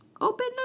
Open